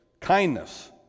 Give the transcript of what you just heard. kindness